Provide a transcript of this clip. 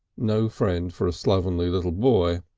no friend for a slovenly little boy.